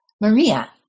Maria